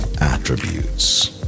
attributes